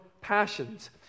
passions